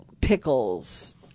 pickles